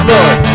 Lord